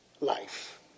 life